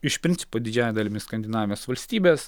iš principo didžiąja dalimi skandinavijos valstybės